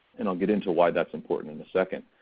and i'll get into why that's important in a second.